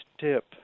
tip